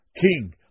king